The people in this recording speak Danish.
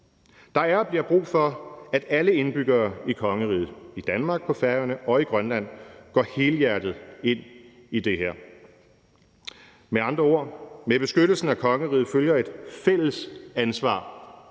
Der er og bliver brug for, at alle indbyggere i kongeriget, i Danmark, på Færøerne og i Grønland, går helhjertet ind i det her. Med andre ord: Med beskyttelsen af kongeriget følger et fælles ansvar